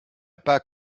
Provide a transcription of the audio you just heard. pas